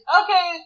okay